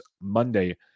monday